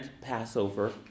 passover